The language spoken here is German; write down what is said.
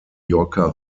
yorker